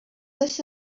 this